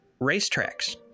racetracks